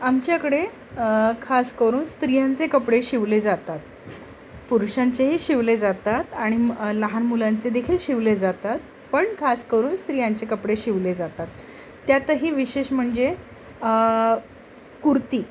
आमच्याकडे खास करून स्त्रियांचे कपडे शिवले जातात पुरुषांचेही शिवले जातात आणि लहान मुलांचे देखील शिवले जातात पण खास करून स्त्रियांचे कपडे शिवले जातात त्यातही विशेष म्हणजे कुर्ती